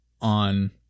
on